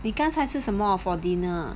你刚才吃什么 for dinner